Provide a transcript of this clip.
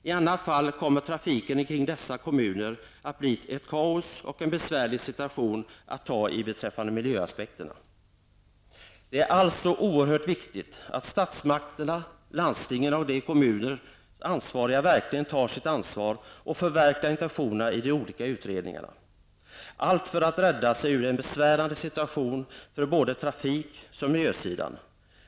I annat fall kommer trafiken kring dessa kommuner att bli ett kaos, och en besvärlig situation kommer att uppstå när det gäller miljön. Det är alltså oerhört viktigt att statsmakterna, landstingen och de kommunalt ansvariga verkligen tar sitt ansvar och förverkligar intentionerna i de olika utredningarna, allt för att rädda sig ur en besvärande situation för både trafik och miljösidan.